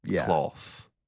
cloth